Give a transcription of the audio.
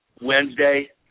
Wednesday